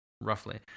roughly